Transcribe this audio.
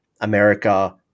America